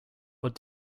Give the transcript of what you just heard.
what